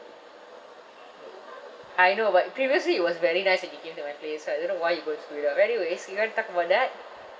I know but previously it was very nice when you came to my place so I don't know why you go and screw it up but anyways you want to talk about that